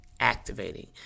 Activating